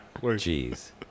Jeez